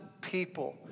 people